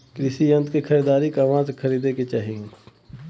कृषि यंत्र क खरीदारी कहवा से खरीदे के चाही?